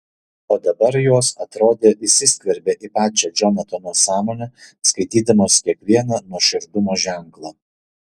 o dabar jos atrodė įsiskverbė į pačią džonatano sąmonę skaitydamos kiekvieną nuoširdumo ženklą